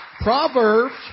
Proverbs